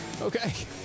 Okay